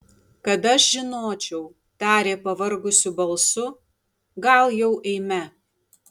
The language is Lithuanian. kad aš žinočiau tarė pavargusiu balsu gal jau eime